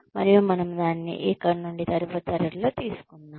మరియు మనము దానిని ఇక్కడ నుండి తదుపరి తరగతిలో తీసుకుందాము